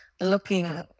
looking